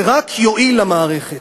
זה רק יועיל למערכת.